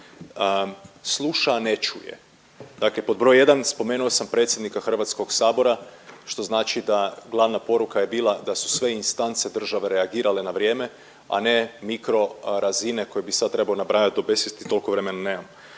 sluša, a ne čuje. Dakle pod br. 1, spomenuo sam predsjednika HS-a, što znači da glavna poruka je bila da su sve instance države reagirale na vrijeme, a ne mikro razine koje bi sad trebao nabrajati do besvijesti, toliko vremena nemam.